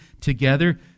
together